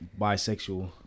bisexual